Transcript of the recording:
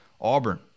Auburn